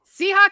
Seahawks